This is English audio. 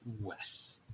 Wes